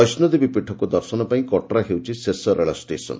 ବୈଷ୍ଣୋଦେବୀ ପୀଠକୁ ଦର୍ଶନ ପାଇଁ କଟ୍ରା ହେଉଛି ଶେଷ ରେଳ ଷ୍ଟେସନ୍